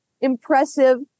impressive